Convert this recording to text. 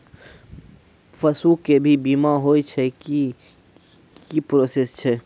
पसु के भी बीमा होय छै, की प्रोसेस छै?